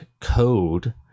code